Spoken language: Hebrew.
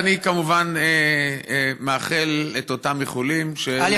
אני, כמובן, מאחל את אותם איחולים שהיו, א.